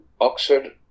Oxford